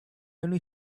only